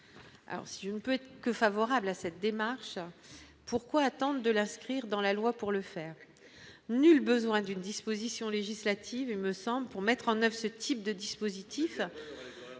public, je ne peut être que favorable à cette démarche : pourquoi la tente de l'inscrire dans la loi pour le faire, nul besoin d'une disposition législative me semble pour mettre en 9 ce type de dispositif